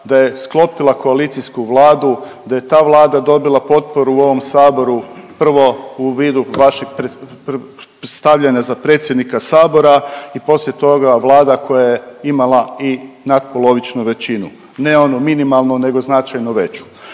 da je sklopila koalicijsku Vladu, da je ta Vlada dobila potporu u ovom saboru prvo u vidu vašeg stavljanja za predsjednika Sabora i poslije toga Vlada koja je imala i nadpolovičnu većinu, ne onu minimalnu nego značajno veću.